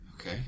Okay